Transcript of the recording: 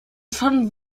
von